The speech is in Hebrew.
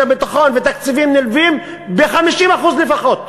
הביטחון ותקציבים נלווים ב-50% לפחות,